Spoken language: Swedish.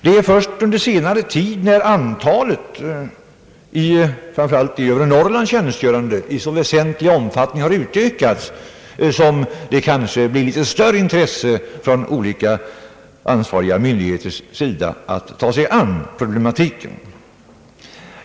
Det är först under senare tid när antalet framför allt i övre Norrland tjänstgörande i så väsentlig omfattning har ökat som det kanske blir litet större intresse från olika ansvariga myndigheters sida för att ta sig an problemen.